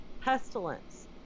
pestilence